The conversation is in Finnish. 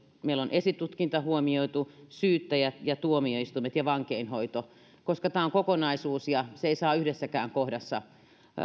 meillä on esitutkinta huomioitu syyttäjät ja tuomioistuimet ja vankeinhoito koska tämä on kokonaisuus ja se ei saa yhdessäkään kohdassa